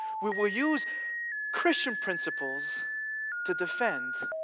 we will use christian principles to defend